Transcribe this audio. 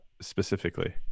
specifically